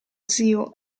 zio